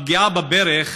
הפגיעה בברך,